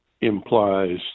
implies